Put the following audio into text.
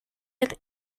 and